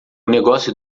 negócio